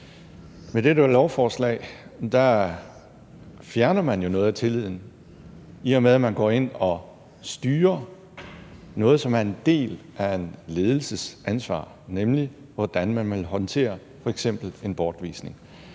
Med dette lovforslag fjerner man jo noget af tilliden, i og med at man går ind og styrer noget, som er en del af en ledelses ansvar, nemlig hvordan man vil håndtere f.eks. en bortvisning.